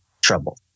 trouble